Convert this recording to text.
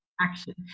action